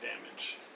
damage